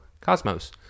Cosmos